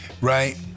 Right